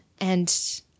and-